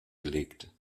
gelegt